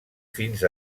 fins